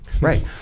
Right